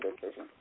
decision